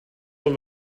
del